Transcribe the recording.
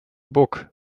book